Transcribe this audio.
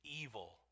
evil